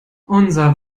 unser